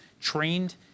trained